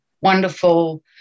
wonderful